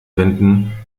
wänden